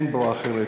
אין ברירה אחרת,